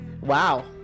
Wow